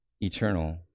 eternal